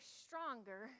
stronger